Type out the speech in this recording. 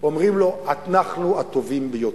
אומרים לו: אנחנו הטובים ביותר.